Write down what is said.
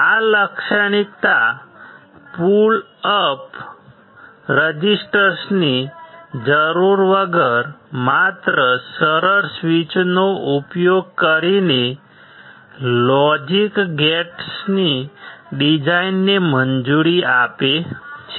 આ લાક્ષણિકતા pull up રેઝિસ્ટર્સની જરૂર વગર માત્ર સરળ સ્વીચોનો ઉપયોગ કરીને લોજિક ગેટ્સની ડિઝાઇનને મંજૂરી આપે છે